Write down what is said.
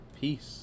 peace